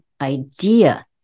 idea